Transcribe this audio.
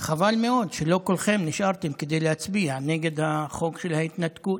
שחבל מאוד שלא כולכם נשארתם כדי להצביע נגד החוק של ההתנתקות.